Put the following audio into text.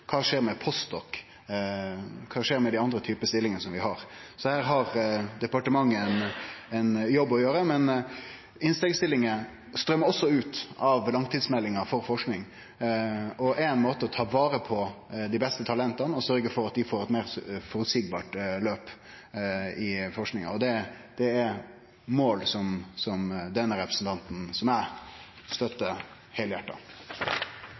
Kva skjer med post.doc.? Kva skjer med dei andre typar stillingar som vi har? Så her har departementet ein jobb å gjere. Men innstegsstillingar strøymer også ut av langtidsmeldinga for forsking og er ein måte å ta vare på dei beste talenta på og sørgje for at dei får eit meir føreseieleg løp i forskinga. Det er mål som eg støttar heilhjarta. Jeg skal være så tydelig som